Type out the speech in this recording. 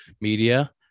media